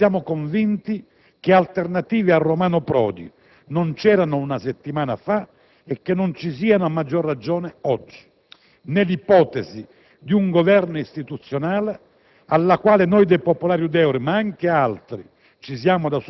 eravamo e siamo convinti che alternative a Romano Prodi non c'erano una settimana fa e che non ci siano, a maggior ragione, oggi. Né l'ipotesi di un Governo istituzionale, alla quale noi dei Popolari-Udeur - ma anche altri